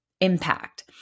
impact